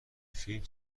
فیلم